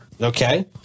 Okay